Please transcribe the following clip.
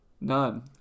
None